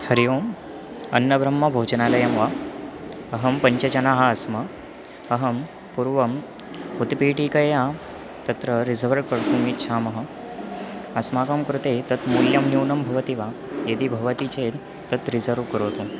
हरि ओम् अन्नब्रह्मभोजनालयं वा अहं पञ्चजनाः स्मः अहं पूर्वम् उत्पीटीकायाः तत्र रिज़र्व् कर्तुम् इच्छामः अस्माकं कृते तत् मूल्यं न्यूनं भवति वा यदि भवति चेत् तत् रिज़र्व् करोतु